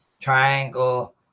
triangle